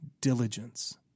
diligence